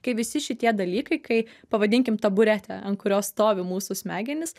kai visi šitie dalykai kai pavadinkim taburetė ant kurios stovi mūsų smegenys